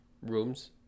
rooms